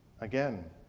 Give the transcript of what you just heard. Again